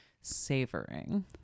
savoring